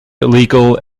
legal